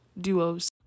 duos